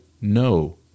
no